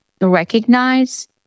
recognize